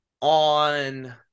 on